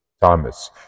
Thomas